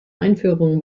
einführung